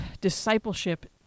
discipleship